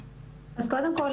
אז קודם כל,